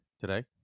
today